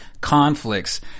conflicts